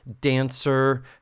dancer